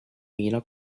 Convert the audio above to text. mina